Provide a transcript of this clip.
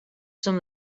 some